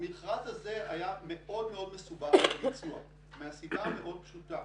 המכרז הזה היה מאוד מאוד מסובך לביצוע מהסיבה המאוד פשוטה